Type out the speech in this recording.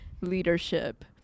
leadership